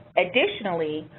additionally,